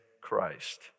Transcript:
Christ